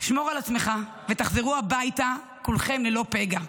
שמור על עצמך ותחזרו הביתה כולכם ללא פגע.